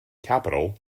capital